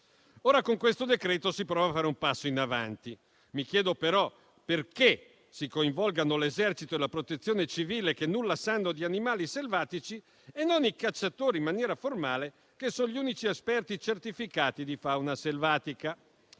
Con questo decreto-legge si prova a fare un passo in avanti. Mi chiedo però perché si coinvolgano l'Esercito e la Protezione civile, che nulla sanno di animali selvatici, e non i cacciatori in maniera formale, che sono gli unici esperti certificati di fauna selvatica.